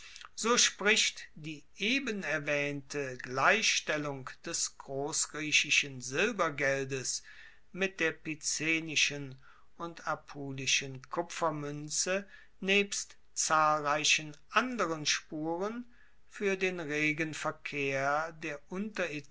so spricht die eben erwaehnte gleichstellung des grossgriechischen silbergeldes mit der picenischen und apulischen kupfermuenze nebst zahlreichen anderen spuren fuer den regen verkehr der